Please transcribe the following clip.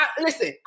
listen